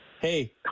Hey